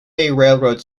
railroad